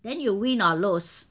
then you will win or lose